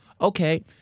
Okay